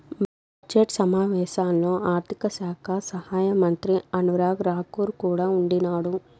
budget సమావేశాల్లో ఆర్థిక శాఖ సహాయమంత్రి అనురాగ్ రాకూర్ కూడా ఉండిన్నాడు